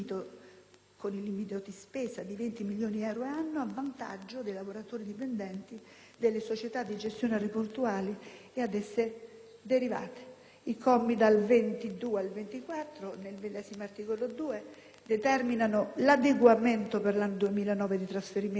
con il limite di spesa di 20 milioni di euro annui, a vantaggio dei lavoratori dipendenti delle società di gestione aeroportuale o da esse derivate. I commi dal 22 al 24 del medesimo articolo 2 determinano l'adeguamento, per l'anno 2009, dei trasferimenti